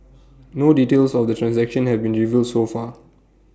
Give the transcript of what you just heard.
no details of the transaction have been revealed so far